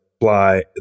fly